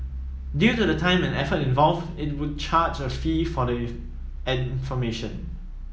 due to the time and effort involved it would charge a fee for the information